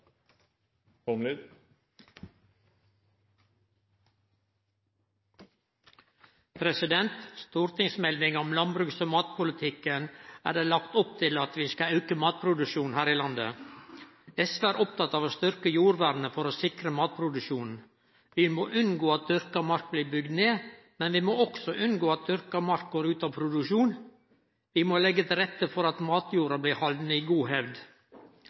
det lagt opp til at vi skal auke matproduksjonen her i landet. SV er oppteken av å styrke jordvernet for å sikre matproduksjonen. Vi må unngå at dyrka mark blir bygd ned, men vi må også unngå at dyrka mark går ut av produksjon. Vi må leggje til rette for at matjorda blir halden i god hevd.